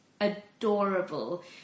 adorable